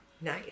nice